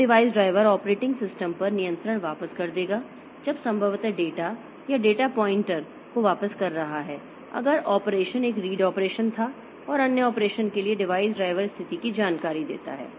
तब device driver operating system पर नियंत्रण वापस कर देगा जब संभवतः डेटा या डेटा पॉइंटर को वापस कर रहा है अगर ऑपरेशन एक रीड ऑपरेशन था और अन्य ऑपरेशन के लिए डिवाइस ड्राइवर स्थिति की जानकारी देता है